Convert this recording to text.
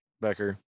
Becker